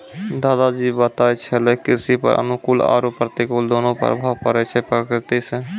दादा जी बताय छेलै कृषि पर अनुकूल आरो प्रतिकूल दोनों प्रभाव पड़ै छै प्रकृति सॅ